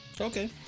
Okay